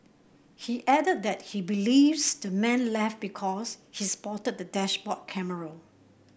he added that he believes the man left because he spotted the dashboard camera